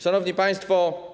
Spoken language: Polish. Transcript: Szanowni Państwo!